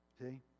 see